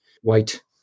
white